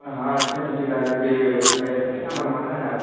हाँ अच्छा ठेकेदार है क्या कैसा बनवाना है आप